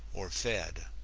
or fed.